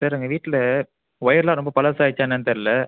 sir எங்க வீட்ல ஒயர்லாம் ரொம்ப பழசாயிடுச்சா என்னான்னு தெர்ல